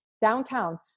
downtown